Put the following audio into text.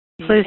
Please